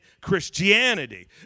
Christianity